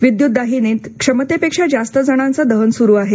विद्युत दाहिनीत क्षमतेपेक्षा जास्त जणांचं दहन सुरु आहे